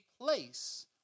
place